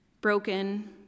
broken